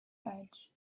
edge